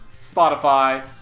Spotify